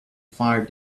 far